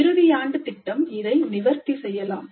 இறுதியாண்டு திட்டம் இதை நிவர்த்தி செய்யலாம்